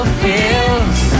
feels